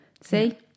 see